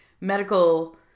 medical